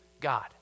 God